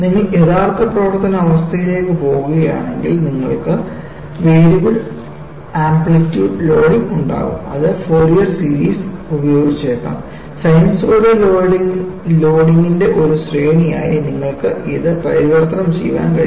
നിങ്ങൾ യഥാർത്ഥ പ്രവർത്തന അവസ്ഥയിലേക്ക് പോകുകയാണെങ്കിൽ നിങ്ങൾക്ക് വേരിയബിൾ ആംപ്ലിറ്റ്യൂഡ് ലോഡിംഗ് ഉണ്ടാകും അത് ഫോറിയർ സീരീസ് ഉപയോഗിച്ചേക്കാം സിനുസോയ്ഡൽ ലോഡിംഗിന്റെ ഒരു ശ്രേണിയായി നിങ്ങൾക്ക് ഇത് പരിവർത്തനം ചെയ്യാൻ കഴിയും